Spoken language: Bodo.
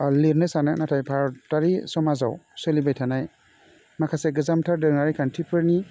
अह लिरनो सानो नाथाय भारतारि समाजाव सोलिबाय थानाय माखासे गोजामथार दोरोङारि खान्थिफोरनि